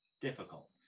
difficult